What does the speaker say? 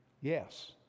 Yes